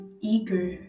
eager